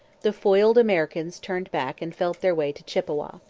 the foiled americans turned back and felt their way to chippawa.